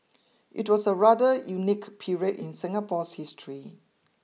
it was a rather unique period in Singapore's history